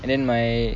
and then my